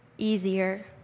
easier